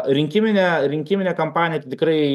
rinkiminė rinkiminė kampanija tai tikrai